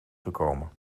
gekomen